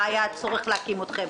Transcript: מה היה הצורך להקים אתכם,